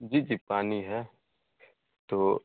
जी जी पानी है तो